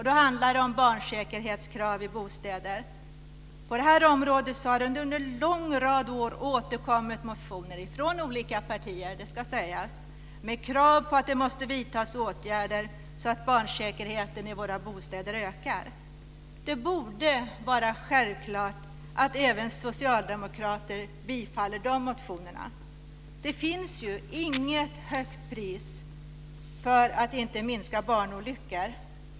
Den handlar om barnsäkerhetskrav i bostäder. På det här området har det under en lång rad år återkommit motioner från olika partier med krav på att det måste vidtas åtgärder så att barnsäkerheten i våra bostäder ökar. Det borde vara självklart att även socialdemokrater bifaller dessa motioner. Det finns ju inget högt pris för att minska barnolyckor.